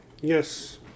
Yes